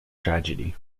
tragedy